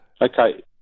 Okay